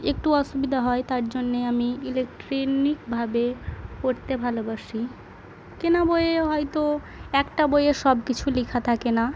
একটু অসুবিধা হয় তার জন্যে আমি ইলেকট্রনিকই ভাবে পড়তে ভালোবাসি কেনা বইয়ে হয়তো একটা বইয়ে সব কিছু লিখা থাকে না